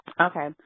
Okay